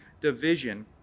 division